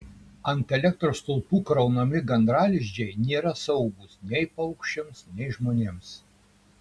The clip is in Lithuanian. ant elektros stulpų kraunami gandralizdžiai nėra saugūs nei paukščiams nei žmonėms